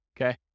Okay